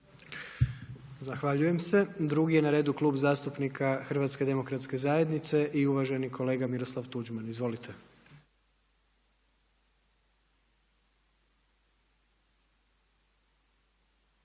Zahvaljujem se. Drugi na redu Klub zastupnika HDZ-a i uvaženi kolega Miroslav Tuđman. Izvolite.